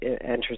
enters